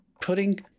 putting